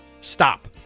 Stop